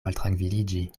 maltrankviliĝi